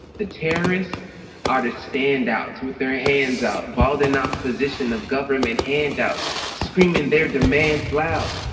the terrorists are the standouts, with their ah hands out balled in opposition of government handouts, screaming their demands loud.